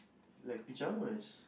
like pyjamas